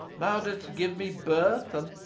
thou didst give me birth, and,